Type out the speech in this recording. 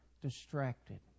distracted